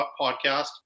podcast